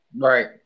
Right